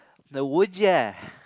then would you